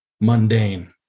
mundane